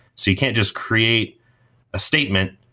so you can't just create a statement,